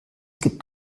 gibt